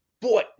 boy